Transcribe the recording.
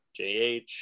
JH